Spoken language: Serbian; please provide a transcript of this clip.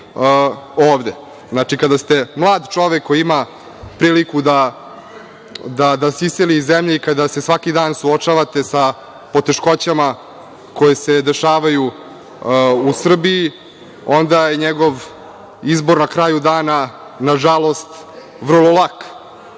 ovde. Kada ste mlad čovek koji ima priliku da se iseli iz zemlje i kada se svaki dan suočavate sa poteškoćama koje se dešavaju u Srbiji, onda je njegov izbor na kraju dana, na žalost vrlo lak. Malo